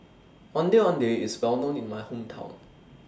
Ondeh Ondeh IS Well known in My Hometown